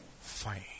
fine